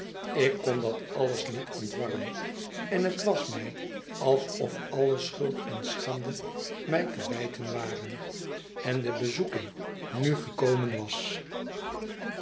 ik kon dat alles niet ontwarren en het was mij alsof alle schuld en schande mij te wijten waren en de bezoeking nu gekomen was